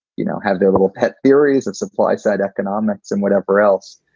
you know, have their little pet theory is that supply side economics and whatever else.